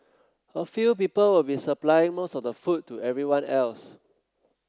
a few people will be supplying most of the food to everyone else